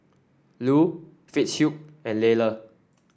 Lew Fitzhugh and Lela